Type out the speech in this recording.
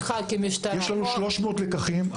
יש לנו 300 לקחים.